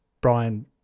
Brian